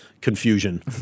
confusion